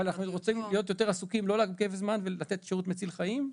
אבל אנחנו רוצים לא להתעכב ולתת שירות מציל חיים.